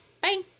Bye